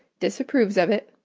disapproves of it,